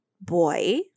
boy